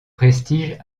prestige